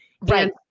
Right